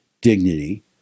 dignity